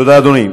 תודה, אדוני.